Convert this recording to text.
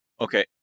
Okay